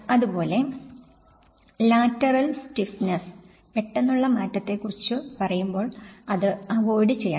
അതുപോലെ lateral stiffness പെട്ടെന്നുള്ള മാറ്റത്തെക്കുറിച്ച് പറയുമ്പോൾ അത് അവോയ്ഡ് ചെയ്യണം